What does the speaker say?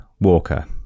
Walker